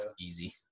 Easy